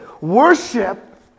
Worship